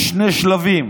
יש שני שלבים: